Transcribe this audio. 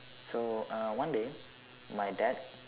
so uh one day my dad